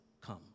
come